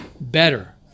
better